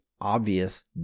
obvious